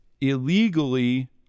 illegally